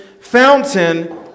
fountain